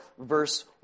verse